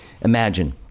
imagine